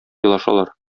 елашалар